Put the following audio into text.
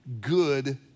good